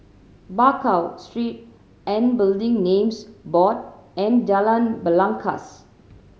Bakau Street and Building Names Board and Jalan Belangkas